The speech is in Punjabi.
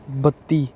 ਬੱਤੀ